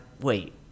wait